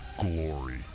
glory